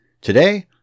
Today